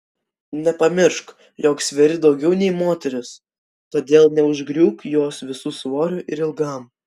nepamiršk jog sveri daugiau nei moteris todėl neužgriūk jos visu svoriu ir ilgam